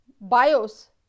bios